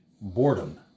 boredom